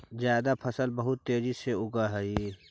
जायद फसल बहुत तेजी से उगअ हई